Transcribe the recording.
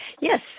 Yes